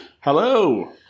Hello